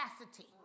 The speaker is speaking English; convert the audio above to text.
capacity